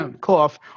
cough